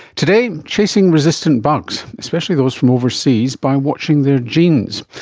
today, chasing resistant bugs, especially those from overseas, by watching their genes.